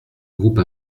groupe